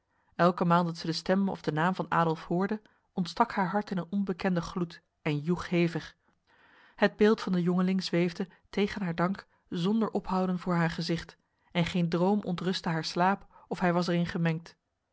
elke maal dat zij de stem of de naam van adolf hoorde ontstak haar hart in een onbekende gloed en joeg hevig het beeld van de jongeling zweefde tegen haar dank zonder ophouden voor haar gezicht en geen droom ontrustte haar slaap of hij was erin gemengd